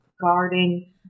guarding